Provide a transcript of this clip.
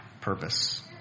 purpose